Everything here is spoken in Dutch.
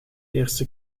eerste